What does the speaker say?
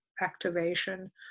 activation